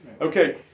Okay